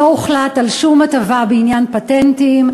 לא הוחלט על שום הטבה בעניין פטנטים,